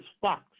fox